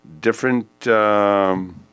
different